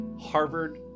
Harvard